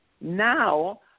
Now